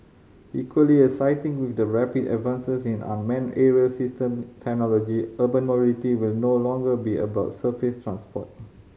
equally exciting with the rapid advances in unmanned aerial system technology urban mobility will no longer be about surface transport